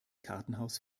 kartenhaus